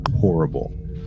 horrible